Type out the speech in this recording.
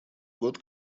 год